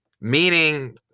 Meaning